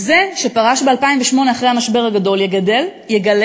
זה שפרש ב-2008, אחרי המשבר הגדול, יגלה